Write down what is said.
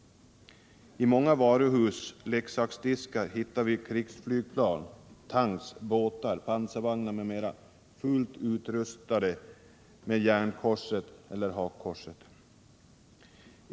I leksaksdiskarna i många varuhus hittar vi krigsflygplan, tanks, båtar, pansarvagnar m.m., fullt utstyrda med järnkorset eller hakkorset.